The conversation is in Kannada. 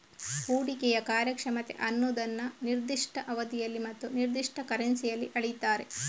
ಹೂಡಿಕೆಯ ಕಾರ್ಯಕ್ಷಮತೆ ಅನ್ನುದನ್ನ ನಿರ್ದಿಷ್ಟ ಅವಧಿಯಲ್ಲಿ ಮತ್ತು ನಿರ್ದಿಷ್ಟ ಕರೆನ್ಸಿಯಲ್ಲಿ ಅಳೀತಾರೆ